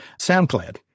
SoundCloud